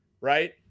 right